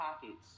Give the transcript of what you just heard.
pockets